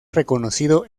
reconocido